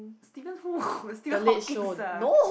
Steven who Steven-Hawkings ah